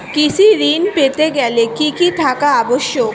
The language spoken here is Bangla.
কৃষি ঋণ পেতে গেলে কি কি থাকা আবশ্যক?